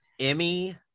emmy